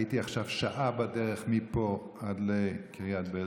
הייתי עכשיו שעה בדרך מפה עד לקריית בעלז,